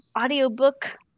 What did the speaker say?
audiobook